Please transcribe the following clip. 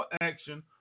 action